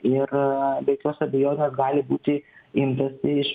ir be jokios abejonės gali būti imtasi iš